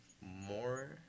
More